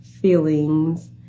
feelings